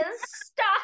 stop